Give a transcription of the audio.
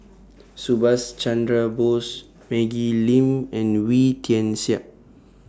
Subhas Chandra Bose Maggie Lim and Wee Tian Siak